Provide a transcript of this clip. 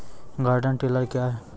Garden tiller क्या हैं?